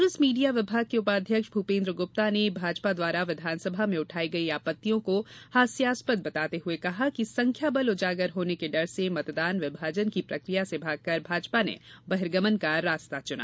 Congress media विभाग के उपाध्यक्ष भूपेन्द्र गुप्ता ने भाजपा द्वारा विधानसभा में उठाई गई आपत्तियों को हास्यास्पद बताते हुए कहा कि संख्याबल उजागर होने के डर से मतदान विभाजन की प्रकिया से भागकर भाजपा ने बर्हिगमन का रास्ता चुना